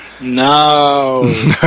No